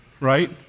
right